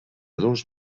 dos